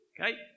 Okay